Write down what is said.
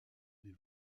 des